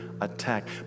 attack